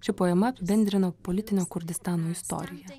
ši poema apibendrina politinę kurdistano istoriją